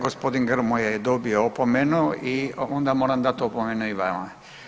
Gospodin Grmoja je dobio opomenu i onda moram dati opomenu i vama.